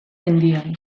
mendian